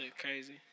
crazy